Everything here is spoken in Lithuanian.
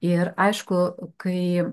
ir aišku kai